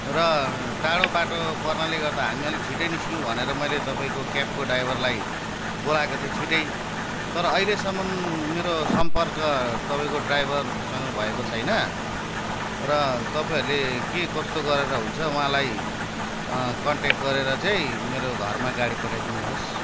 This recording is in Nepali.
र टाढो बाटो पर्नाले गर्दा हामी अलिक छिट्टै निस्किऊँ भनेर मैले तपाईँको क्याबको ड्राइभरलाई बोलाएको थिएँ छिट्टै तर अहिलेसम्म मेरो सम्पर्क तपाईँको ड्राइभरसँग भएको छैन र तपाईँहरूले के कस्तो गरेर हुन्छ उहाँलाई कन्ट्याक्ट गरेर चाहिँ मेरो घरमा गाडी पठाइदिनु होस्